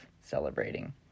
celebrating